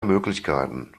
möglichkeiten